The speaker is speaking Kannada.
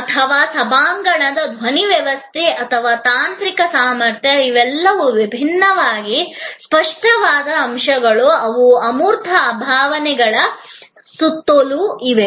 ಅಕೌಸ್ಟಿಕ್ಸ್ ಅಥವಾ ಸಭಾಂಗಣ ಧ್ವನಿ ವ್ಯವಸ್ಥೆ ಮತ್ತು ತಾಂತ್ರಿಕ ಸಾಮರ್ಥ್ಯ ಇವೆಲ್ಲವೂ ವಿಭಿನ್ನವಾಗಿವೆ ಸ್ಪಷ್ಟವಾದ ಅಂಶಗಳು ಅವು ಅಮೂರ್ತ ಅನುಭವದ ಸುತ್ತಲೂ ಇವೆ